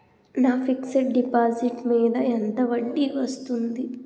నా fixed deposit మీద ఎంత వడ్డీ వస్తుంది?